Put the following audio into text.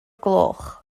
gloch